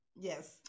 Yes